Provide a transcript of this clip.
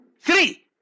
Three